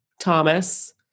Thomas